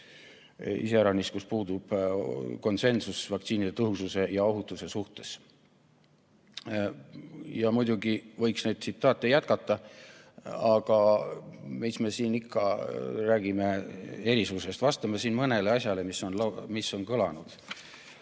olukorras, kus puudub konsensus vaktsiinide tõhususe ja ohutuse suhtes." Muidugi võiks neid tsitaate jätkata. Aga mis me siin ikka räägime erisusest. Vastan parem mõnele asjale, mis on kõlanud.